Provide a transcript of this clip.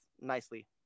nicely